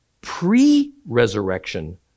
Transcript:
Pre-resurrection